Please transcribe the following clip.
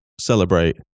celebrate